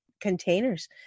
containers